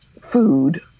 food